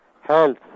health